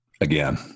again